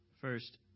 First